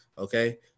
Okay